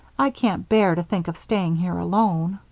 i can't bear to think of staying here alone.